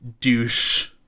douche